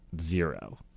zero